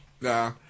Nah